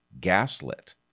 gaslit